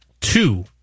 two